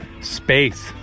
space